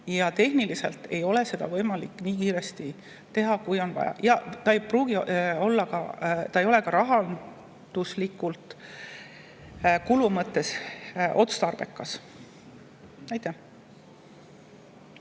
Ja tehniliselt ei ole seda võimalik nii kiiresti teha, kui on vaja. Ta ei oleks ka rahanduslikult, kulu mõttes, otstarbekas. Aitäh!